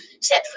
set